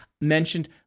mentioned